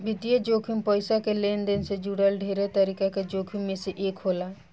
वित्तीय जोखिम पईसा के लेनदेन से जुड़ल ढेरे तरीका के जोखिम में से एक होला